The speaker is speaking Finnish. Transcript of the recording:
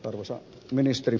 arvoisa ministeri